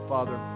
Father